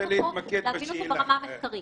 להבין אותם ברמה המחקרית.